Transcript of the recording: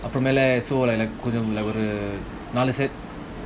so எனக்குகொஞ்சம்ஒரு:enaku konjam oru